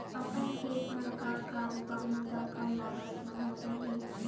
अपन खेत म का का उगांहु त कम लागत म हो जाही?